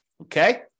Okay